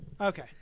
Okay